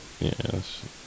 Yes